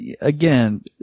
again